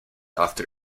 after